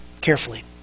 carefully